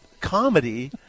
comedy